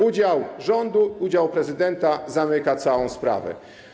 Udział rządu, udział prezydenta zamyka całą sprawę.